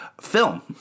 film